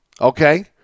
okay